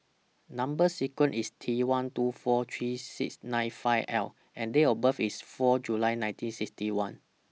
Number sequence IS T one two four three six nine five L and Date of birth IS four July nineteen sixty one